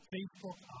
Facebook